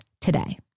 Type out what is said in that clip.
today